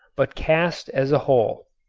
but cast as a whole.